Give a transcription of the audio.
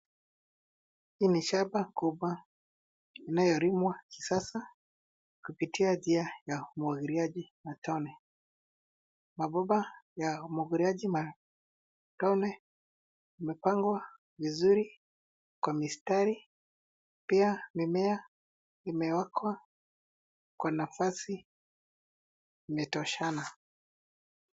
Hii ni shamba kubwa inayolimwa kisasa kupitia njia ya umwagiliaji matone. Mabomba ya umwagiliaji matone umepangwa vizuri kwa mistari, pia mimea imewekwa kwa nafasi imetoshana.